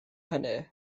hynny